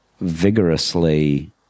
vigorously